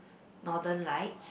northern lights